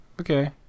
Okay